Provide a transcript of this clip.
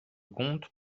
compte